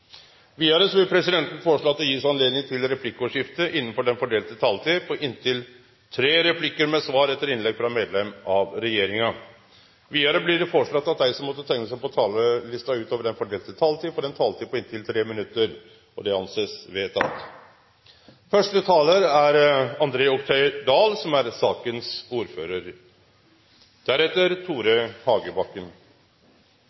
Vidare vil presidenten foreslå at det blir gitt høve til replikkordskifte på inntil tre replikkar med svar etter innlegg frå medlem av regjeringa innanfor den fordelte taletida. Vidare blir det foreslått at dei som måtte teikne seg på talarlista utover den fordelte taletida, får ei taletid på inntil 3 minutt. – Det er